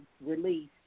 released